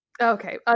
Okay